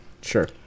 Sure